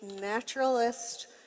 naturalist